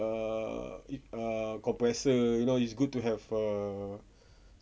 err err compressors you know he's good to have a